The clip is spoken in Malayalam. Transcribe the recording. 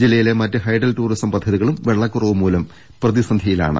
ജില്ലയിലെ മറ്റ് ഹൈഡൽ ടൂറിസം പദ്ധതികളും വെള്ളക്കുറവ് മൂലം പ്രതിസന്ധിയിലാണ്